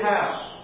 house